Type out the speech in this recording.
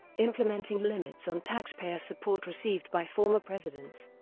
implementing limits on taxpayer support received by former presidents.